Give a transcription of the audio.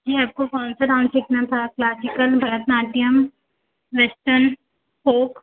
जी आपको कौन सा डांस सीखना था आप क्लासिकल भरतनाट्यम वेस्टर्न फोक